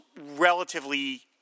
relatively –